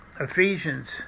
Ephesians